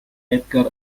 edgar